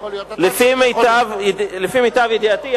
לפי מיטב ידיעתי,